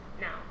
Now